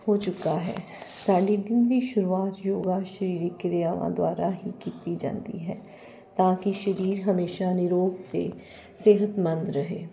ਹੋ ਚੁੱਕਾ ਹੈ ਸਾਡੀ ਦਿਨ ਦੀ ਸ਼ੁਰੂਆਤ ਯੋਗਾ ਸਰੀਰਕ ਕਿਰਿਆਵਾਂ ਦੁਆਰਾ ਹੀ ਕੀਤੀ ਜਾਂਦੀ ਹੈ ਤਾਂ ਕਿ ਸਰੀਰ ਹਮੇਸ਼ਾ ਨਿਰੋਗ ਅਤੇ ਸਿਹਤਮੰਦ ਰਹੇ